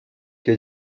que